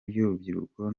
ry’urubyiruko